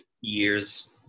years